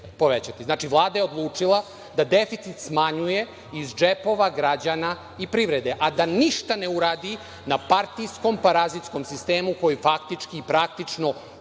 Znači, Vlada je odlučila da deficit smanjuje iz džepova građana i privrede, a da ništa ne uradi na partijskom, parazitskom sistemu koji faktički praktično